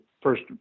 first